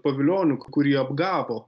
pavilioniu kurį apgavo